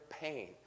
pain